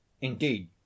indeed